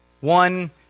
One